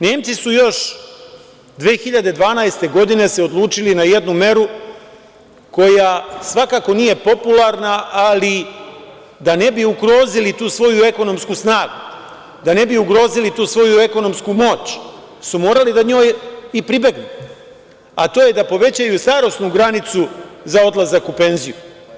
Nemci su se još 2012. godine odlučili na jednu meru koja svakako nije popularna, ali da ne bi ugrozili tu svoju ekonomsku snagu, da ne bi ugrozili tu svoju ekonomsku moću, morali su da njoj i pribegnu, a to je da povećaju starosnu granicu za odlazak u penziju.